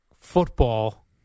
football